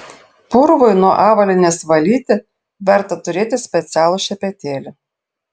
purvui nuo avalynės valyti verta turėti specialų šepetėlį